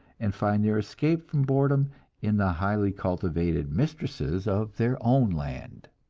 and find their escape from boredom in the highly cultivated mistresses of their own land.